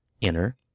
inner